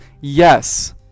Yes